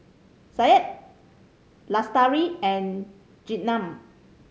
Syed Lestari and Jenab